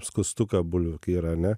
skustuką bulvių kai yra ne